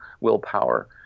willpower